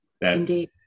Indeed